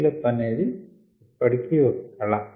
scale up అనేది ఇప్పటికీ ఒక కళ